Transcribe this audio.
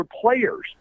players